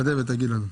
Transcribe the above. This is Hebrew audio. תוודא ותגיד לנו.